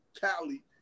Cali